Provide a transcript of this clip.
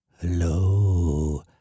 hello